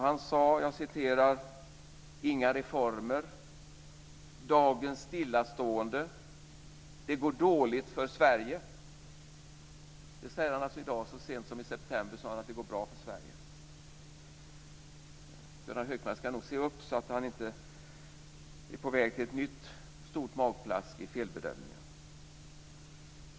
Han sade: Inga reformer. Dagen stillastående. Det går dåligt för Sverige. Det säger han alltså i dag. Så sent som i september sade han att det går bra för Sverige. Gunnar Hökmark ska nog se upp så att han inte är på väg mot ett nytt stort magplask i felbedömningar.